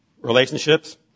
relationships